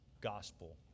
gospel